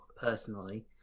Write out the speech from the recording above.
personally